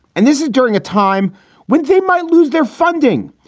and this is during a time when they might lose their funding,